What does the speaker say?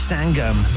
Sangam